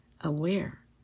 aware